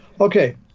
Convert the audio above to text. Okay